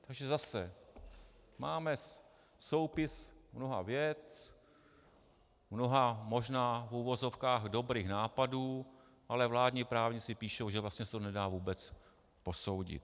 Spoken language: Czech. Takže zase, máme soupis mnoha vět, mnoha možná v uvozovkách dobrých nápadů, ale vládní právníci píšou, že vlastně se to nedá vůbec posoudit.